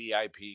VIP